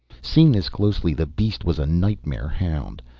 seen this closely the beast was a nightmare hound.